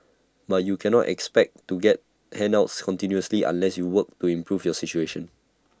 but you cannot expect to get handouts continuously unless you work to improve your situation